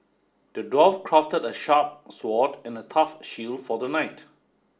the dwarf crafted a sharp sword and a tough shield for the knight